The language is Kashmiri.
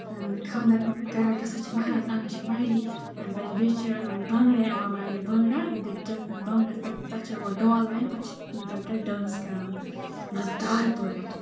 خاندر کران گژھان چھِ مہراز اَنان چھِ مہرین بیٚیہِ چھِ بانگڑٕ یِوان واینہٕ بانگڑا تَتھ چھُ یِوان پَتہٕ ڈول واینہٕ پَتہٕ تَتہِ دانٔس کران مَزٕ دار پٲٹھۍ